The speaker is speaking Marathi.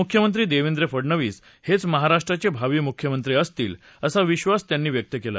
मुख्यमंत्री देवेंद्र फडणवीस हेच महाराष्ट्राचे भावी मुख्यमंत्री असतील असा विधास त्यांनी व्यक्त केला